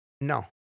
no